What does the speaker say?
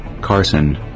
Carson